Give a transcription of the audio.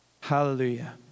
Hallelujah